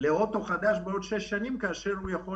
לאוטו חדש בעוד שש שנים בזמן שהוא יכול